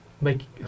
make